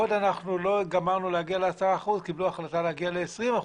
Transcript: עוד לא גמרנו להגיע ל-10% קיבלו החלטה להגיע ל-20%,